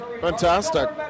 fantastic